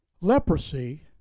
Leprosy